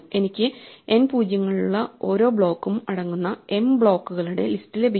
എനിക്ക് n പൂജ്യങ്ങളുള്ള ഓരോ ബ്ലോക്കും അടങ്ങുന്ന m ബ്ലോക്കുകളുടെ ലിസ്റ്റ് ലഭിക്കും